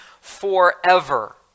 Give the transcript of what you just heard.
forever